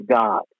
God